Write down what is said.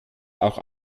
auch